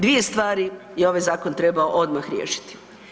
Dvije stvari je ovaj zakon trebao odmah riješiti.